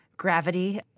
gravity